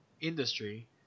industry